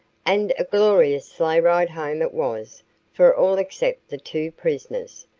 and a glorious sleighride home it was for all except the two prisoners,